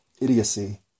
idiocy